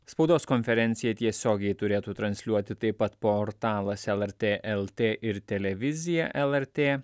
spaudos konferenciją tiesiogiai turėtų transliuoti taip pat portalas lrt lt ir televizija lrt